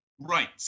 Right